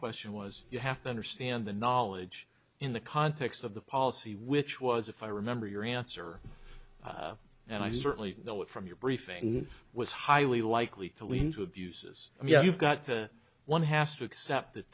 question was you have to understand the knowledge in the context of the policy which was if i remember your answer and i certainly know it from your briefing was highly likely to lead to abuses and yet you've got one has to accept that